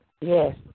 Yes